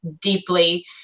deeply